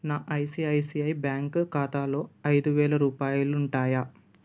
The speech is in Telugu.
నా ఐసిఐసిఐ బ్యాంక్ ఖాతాలో ఐదు వేల రూపాయాలుంటాయా